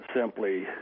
simply